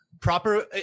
proper